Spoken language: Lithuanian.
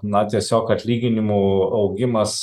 na tiesiog atlyginimų augimas